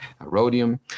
rhodium